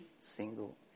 single